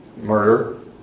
murder